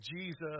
Jesus